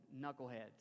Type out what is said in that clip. knuckleheads